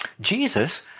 Jesus